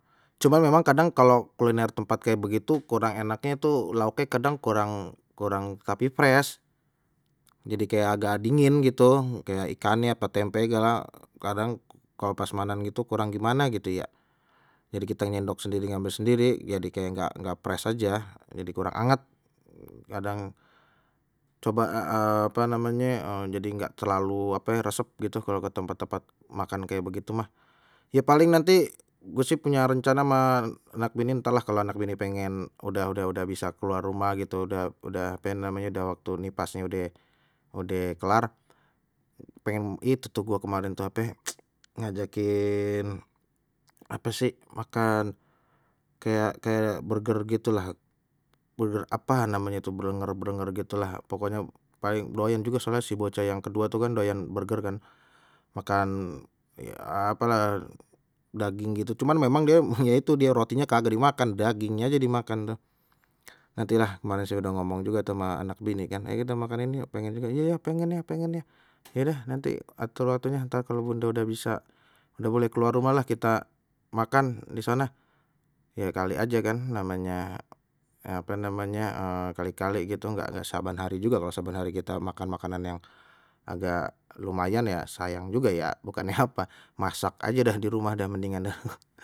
Cuma memang kadang kalo kuliner tempat kayak begitu kurang enaknye tuh lauke kadang kurang kurang tapi fresh, jadi kayak agak dingin gitu kayak ikannya apa tempe gala kadang kalau prasmanan gitu kurang gimana gitu ya, jadi kita nyendok sendiri ngambil sendiri jadi kayak enggak enggak fresh aja, jadi kurang anget kadang coba apa namanye jadi nggak terlalu ape resep gitu kalau enggak tempat tempat makan kayak begitu mah, ya paling nanti gua sih punya rencana ma anak bini ntar lah kalau anak ini pengen udah udah udah bisa keluar rumah gitu udah udah ape namanye udah waktu nipasnye udeh udeh kelar, pengin itu tu gua kemarin tu ape ngajakin apa sih makan kayak kayak burger gitu lah, burger apa namanya itu blenger blenger gitulah pokoknya paling doyan juga soale si bocah yang kedua itu kan doyan burger kan, makan ya apalah daging gitu cuman memang dia ya itu dia rotinya kagak dimakan dagingnya aje dimakan tuh, nantilah kemarin saya sudah ngomong juga tu ama anak bini kan yah kita makan ini yuk pengen juga iya yah pengen yah pengen yah, ya dah nanti atur waktunya entar kalau bunda udah bisa udah boleh keluar rumah lah kita makan di sana, ya kali aja kan namanya ape namanya sekali kali gitu nggak saban hari juga kalau saban hari kita makan makanan yang agak lumayan ya sayang juga ya, bukannye apa masak aja dah di rumah dah mendingan dah.